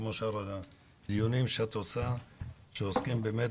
כמו שאר הדיונים שאת עושה שעוסקים באמת